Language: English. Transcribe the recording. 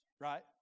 right